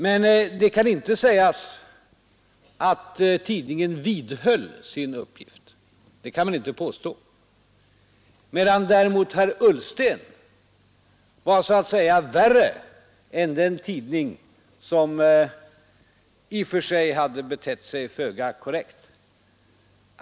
Men det kan inte sägas att tidningen vidhöll sin uppgift, medan däremot herr Ullsten så att säga var värre än den tidning som i och för sig hade betett sig föga korrekt.